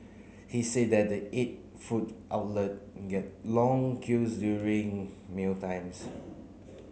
he say that the eight food outlets get long queues during mealtimes